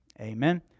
Amen